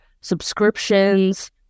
Subscriptions